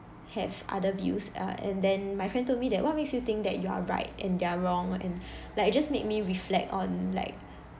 have other views uh and then my friend told me that what makes you think that you are right and they are wrong and like you just made me reflect on like